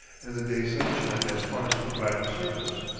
and the day's sunshine has partially dried the surface,